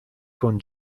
con